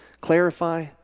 clarify